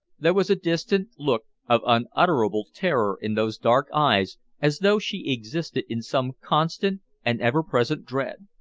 there was a distant look of unutterable terror in those dark eyes as though she existed in some constant and ever-present dread.